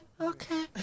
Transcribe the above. okay